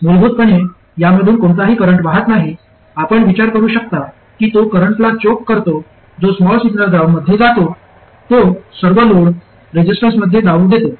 मूलभूतपणे यामधून कोणताही करंट वाहत नाही आपण विचार करू शकता कि तो करंटला चोक करतो जो स्मॉल सिग्नल ग्राउंडमध्ये जातो आणि तो सर्व लोड रेझिस्टरमध्ये जाऊ देतो